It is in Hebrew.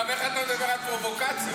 ראש ממשלה שקרן שמפקיר את אחינו